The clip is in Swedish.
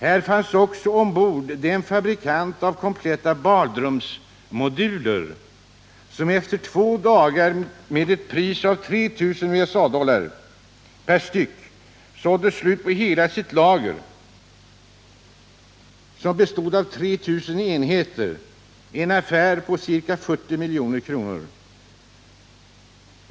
Här fanns också ombord en fabrikant av kompletta ”badrumsmoduler” som efter två dagar till ett pris av 3 000 USA-dollar per styck sålde slut på sitt lager bestående av 3 000 enheter — en affär på ca 40 milj.kr.